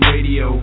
Radio